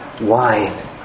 wine